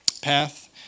path